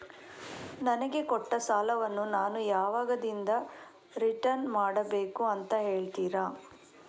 ನನಗೆ ಕೊಟ್ಟ ಸಾಲವನ್ನು ನಾನು ಯಾವಾಗದಿಂದ ರಿಟರ್ನ್ ಮಾಡಬೇಕು ಅಂತ ಹೇಳ್ತೀರಾ?